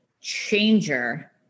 changer